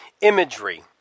imagery